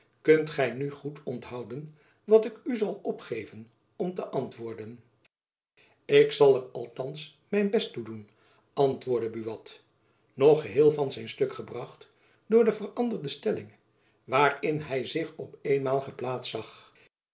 kunt gy nu goed onthouden wat ik u zal opgeven om te antwoorden ik zal er althands mijn best toe doen antwoordde buat nog geheel van zijn stuk gebracht door de veranderde stelling waarin hy zich op eenmaal geplaatst zag